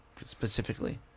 specifically